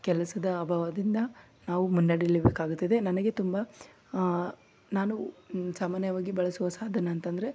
ಕೆಲಸದ ಅಭಾವದಿಂದ ನಾವು ಮುನ್ನಡೀಲೇ ಬೇಕಾಗುತ್ತದೆ ನನಗೆ ತುಂಬ ನಾನು ಸಾಮಾನ್ಯವಾಗಿ ಬಳಸುವ ಸಾಧನ ಅಂತಂದರೆ